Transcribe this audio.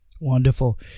Wonderful